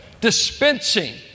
dispensing